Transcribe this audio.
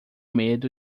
medo